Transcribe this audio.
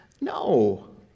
no